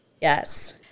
Yes